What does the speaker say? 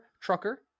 trucker